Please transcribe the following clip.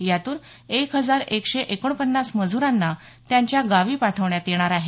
यातून एक हजार एकशे एकोणपन्नास मजुरांना त्यांच्या गावी पाठवण्यात येणार आहे